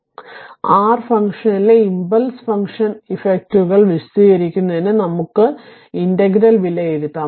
അതിനാൽ r ഫംഗ്ഷനിലെ impulse function ഇഫക്റ്റുകൾ വിശദീകരിക്കുന്നതിന് നമുക്ക് ഇന്റഗ്രൽ വിലയിരുത്താം